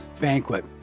Banquet